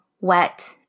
wet